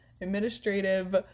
administrative